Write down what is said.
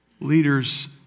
leaders